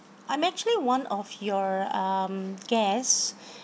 I'm actually one of your um guest